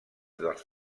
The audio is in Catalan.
dels